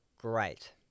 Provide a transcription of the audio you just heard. great